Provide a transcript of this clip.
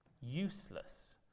useless